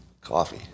coffee